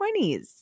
20s